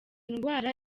ndwara